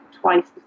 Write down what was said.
twice